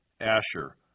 Asher